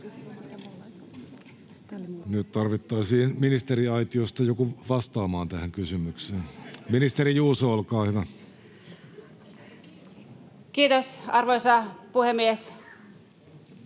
Nyt tarvittaisiin ministeriaitiosta joku vastaamaan tähän kysymykseen. — Ministeri Juuso, olkaa hyvä. [Speech